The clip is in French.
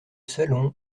salon